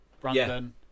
Brandon